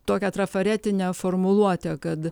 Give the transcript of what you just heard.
tokią trafaretinę formuluotę kad